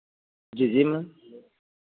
जी जी मैम